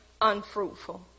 unfruitful